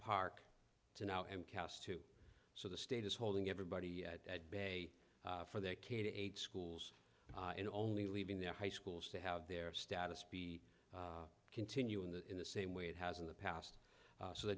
park to now and cast two so the state is holding everybody at bay for their kid eight schools in only leaving their high schools to have their status be continue in the in the same way it has in the past so the